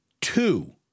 Two